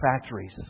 factories